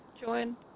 join